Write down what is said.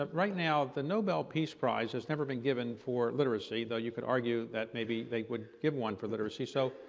but right now, the nobel peace prize has never been given for literacy, though you could argue that maybe they would give one for literacy. so,